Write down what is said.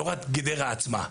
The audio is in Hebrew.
לא רק את גדרה עצמה.